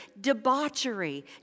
debauchery